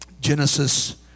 Genesis